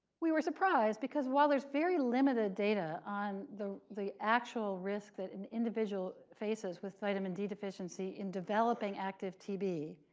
we were surprised, because while there's very limited data on the the actual risk that an individual faces with vitamin d deficiency in developing active tb,